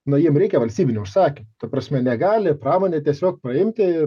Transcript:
na jiem reikia valstybinių užsakymų ta prasme negali pramonė tiesiog paimti ir